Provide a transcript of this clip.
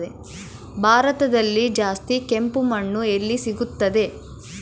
ಭಾರತದಲ್ಲಿ ಜಾಸ್ತಿ ಕೆಂಪು ಮಣ್ಣು ಎಲ್ಲಿ ಸಿಗುತ್ತದೆ?